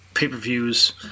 pay-per-views